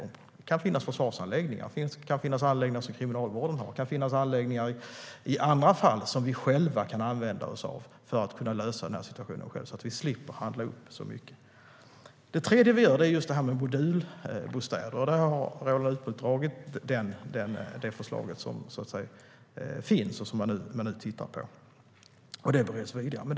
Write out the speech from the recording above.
Det kan finnas försvarsanläggningar, anläggningar som Kriminalvården har och annat som vi kan använda oss av för att själva lösa situationen så att vi slipper handla upp så mycket. Det tredje vi gör är just det här med modulbostäder. Roland Utbult har dragit det förslag som finns och som nu bereds vidare.